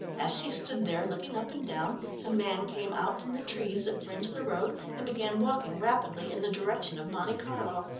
as she stood there looking up and down a man came out from the trees that fringed the road and began walking rapidly in the direction of monte carlo.